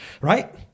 Right